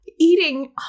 Eating